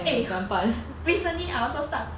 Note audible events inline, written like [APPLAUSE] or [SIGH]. eh [LAUGHS] recently I also start